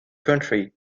country